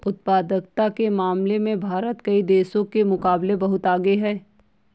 उत्पादकता के मामले में भारत कई देशों के मुकाबले बहुत आगे है